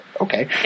okay